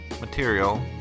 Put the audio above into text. material